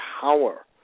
power